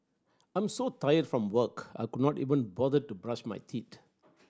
I'm so tired from work I could not even bother to brush my teeth